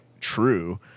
true